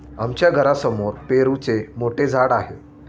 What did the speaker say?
आमच्या घरासमोर पेरूचे मोठे झाड आहे